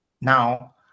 now